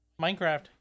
Minecraft